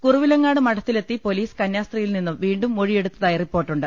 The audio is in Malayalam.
കുറവിലങ്ങാട്ടെ മഠത്തിലെത്തി പൊലീസ് കന്യാസ്ത്രീയിൽനിന്നും വീണ്ടും മൊഴിയെടു ത്തതായി റിപ്പോർട്ടുണ്ട്